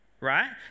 Right